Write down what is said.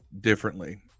differently